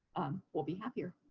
we'll be happier.